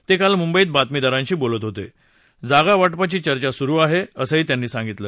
ताक्काल मुंबईत बातमीदारांशी बोलत होत ज्ञागा वाटपाची चर्चा सुरू आहा असं त्यांनी सांगितलं